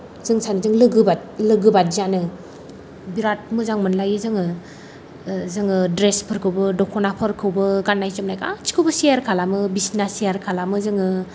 जों सानैजों लोगोबादियानो बिराद मोजां मोनलायो जोङो जोङो द्रेस फोरखौबो द'खनाफोरखौबो गाननाय जोमनाय गासैखौबो शेयार खालामो बिसना शेयार खालामो जोङो